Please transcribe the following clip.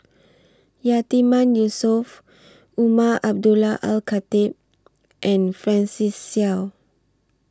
Yatiman Yusof Umar Abdullah Al Khatib and Francis Seow